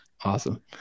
awesome